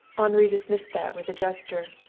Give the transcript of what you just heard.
henri dismissed that with a gesture.